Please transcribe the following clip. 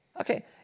Okay